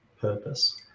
purpose